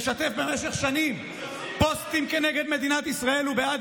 משתף במשך שנים פוסטים נגד מדינת ישראל ובעד